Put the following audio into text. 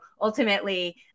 ultimately